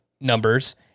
numbers